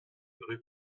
rue